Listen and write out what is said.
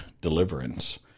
deliverance